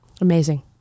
amazing